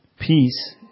peace